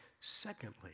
Secondly